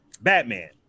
Batman